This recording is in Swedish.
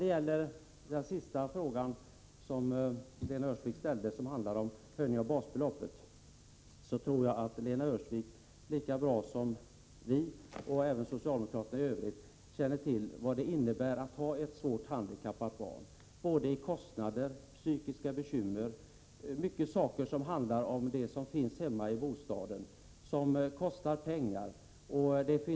Beträffande frågan om en höjning av basbeloppet vill jag framhålla att Lena Öhrsvik och socialdemokraterna i övrigt lika väl som vi torde känna till vad det innebär att ha ett svårt handikappat barn såväl när det gäller kostnader som när det gäller psykiska bekymmer. Många saker som behövs hemma i bostaden kostar pengar.